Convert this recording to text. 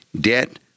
debt